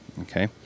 okay